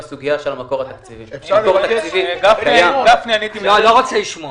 אדוני היושב ראש, הייתי מציע